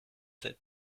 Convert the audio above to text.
sept